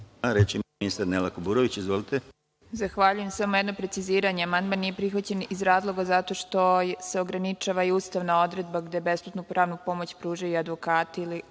Reč ima ministar Nela Kuburović. Izvolite. **Nela Kuburović** Zahvaljujem. Samo jedno preciziranje, amandman nije prihvaćen iz razloga zato što se ograničava i ustavna odredba gde besplatnu pravnu pomoć pružaju advokati i